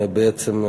בעצם,